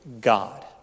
God